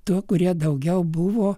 tų kurie daugiau buvo